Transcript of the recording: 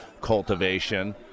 cultivation